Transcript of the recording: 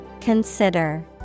Consider